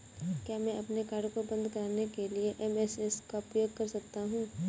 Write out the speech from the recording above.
क्या मैं अपने कार्ड को बंद कराने के लिए एस.एम.एस का उपयोग कर सकता हूँ?